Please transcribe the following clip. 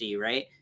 Right